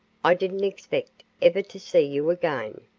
i didn't expect ever to see you again.